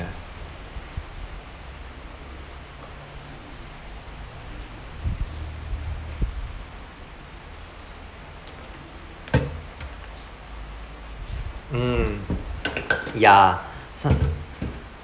mm ya some